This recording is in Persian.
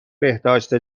بهداشت